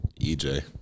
EJ